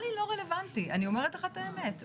לא רלוונטי, אני אומרת לך את האמת.